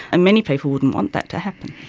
and many people wouldn't want that to happen.